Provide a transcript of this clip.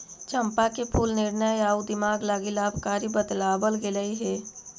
चंपा के फूल निर्णय आउ दिमाग लागी लाभकारी बतलाबल गेलई हे